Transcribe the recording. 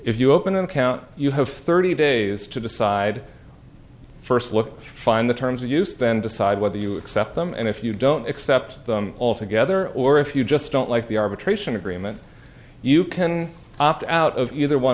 if you open an account you have thirty days to decide first look find the terms you use then decide whether you accept them and if you don't accept them altogether or if you just don't like the arbitration agreement you can opt out of either one